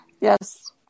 Yes